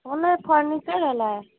ଭଲ ଏ ଫର୍ଣ୍ଣିଚର୍ ହେଲା